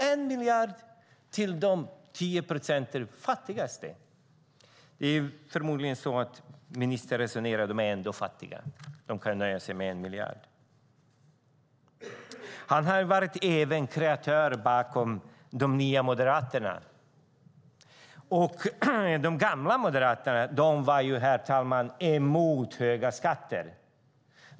1 miljard har gått till de 10 procent som utgör den fattigaste delen av befolkningen. Ministern resonerar förmodligen på det sättet att dessa människor ändå är fattiga och kan nöja sig med 1 miljard. Finansministern har även varit kreatör av de nya moderaterna. De gamla moderaterna var emot höga skatter.